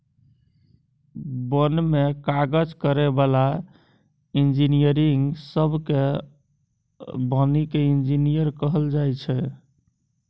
बन में काज करै बला इंजीनियरिंग सब केँ बानिकी इंजीनियर कहल जाइ छै